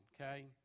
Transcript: okay